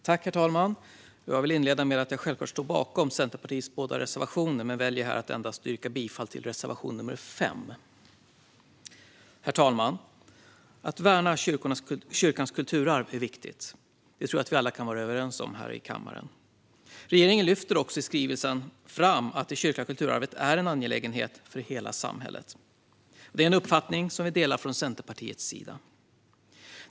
Herr talman! Jag vill inleda med att jag självklart står bakom Centerpartiets båda reservationer men väljer att yrka bifall endast till reservation nr 5. Herr talman! Att värna kyrkans kulturarv är viktigt. Det tror jag att vi alla här i kammaren kan vara överens om. Regeringen lyfter också i skrivelsen fram att det kyrkliga kulturarvet är en angelägenhet för hela samhället. Detta är en uppfattning som vi delar från Centerpartiets sida.